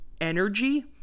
energy